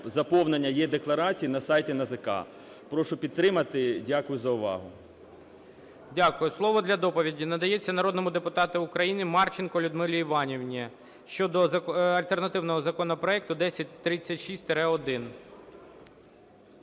заповнення е-декларації на сайті НАЗК. Прошу підтримати. Дякую за увагу. ГОЛОВУЮЧИЙ. Дякую. Слово для доповіді надається народному депутату України Марченко Людмилі Іванівні щодо альтернативного законопроекту 1036-1.